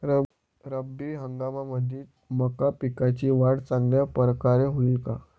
रब्बी हंगामामंदी मका पिकाची वाढ चांगल्या परकारे होईन का?